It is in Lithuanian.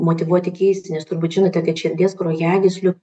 motyvuoti keisti nes turbūt žinote kad širdies kraujagyslių